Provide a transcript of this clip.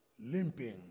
Limping